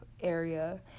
area